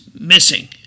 missing